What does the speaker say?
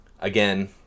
Again